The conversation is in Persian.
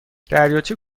دریاچه